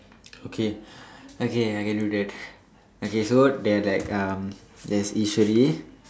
okay okay I can do that okay so there are like um there's Eswari